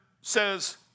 says